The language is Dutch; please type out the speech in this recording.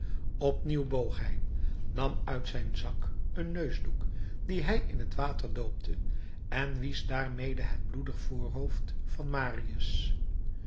opnieuw boog hij nam uit zijn zak een neusdoek dien hij in het water doopte en wiesch daarmede het bloedig voorhoofd van marius